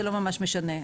זה לא ממש משנה,